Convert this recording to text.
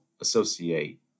associate